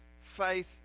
faith